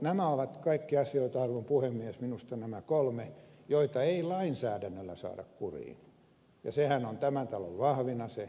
nämä ovat kaikki asioita arvon puhemies minusta nämä kolme joita ei lainsäädännöllä saada kuriin ja sehän on tämän talon vahvin ase